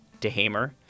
DeHamer